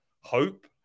hope